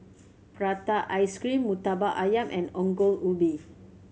prata ice cream Murtabak Ayam and Ongol Ubi